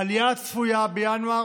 העלייה הצפויה בינואר